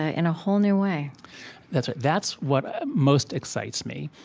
ah in a whole new way that's right. that's what ah most excites me,